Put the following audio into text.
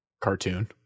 cartoon